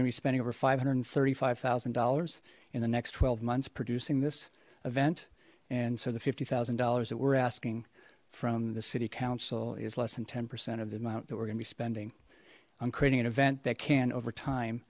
to be spending over five hundred and thirty five thousand dollars in the next twelve months producing this event and so the fifty thousand dollars that we're asking from the city council is less than ten percent of the amount that we're going to be spending on creating an event that can over time